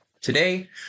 Today